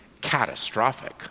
catastrophic